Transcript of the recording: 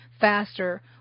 faster